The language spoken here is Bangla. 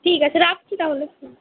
ঠিক আছে রাখছি তাহলে হুম